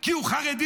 כי הוא חרדי?